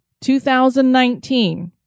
2019